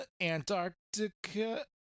Antarctica